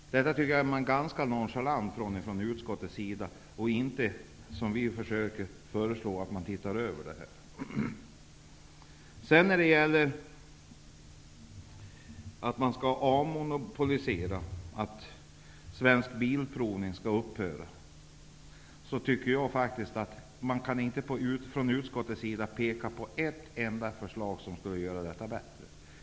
Detta tycker jag är ganska nonchalant från utskottets sida. Utskottet föreslår inte, som vi vill, att man skall se över detta. Sedan vill man avmonopolisera Svensk Bilprovning, man vill att den skall upphöra. Jag tycker faktiskt att man från utskottets sida inte kan peka på något som skulle innebära att det blir bättre så.